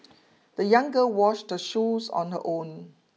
the young girl washed the shoes on her own